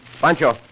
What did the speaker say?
Pancho